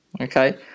okay